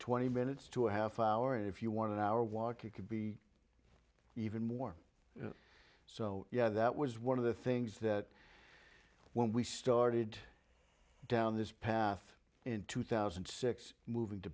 twenty minutes to a half hour if you want an hour walk it could be even more so yeah that was one of the things that when we started down this path in two thousand and six moving to